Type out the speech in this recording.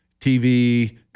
TV